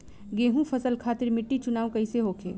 गेंहू फसल खातिर मिट्टी चुनाव कईसे होखे?